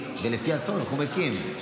ולפי הצורך הוא מקים.